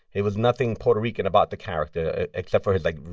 it was nothing puerto rican about the character except for his, like,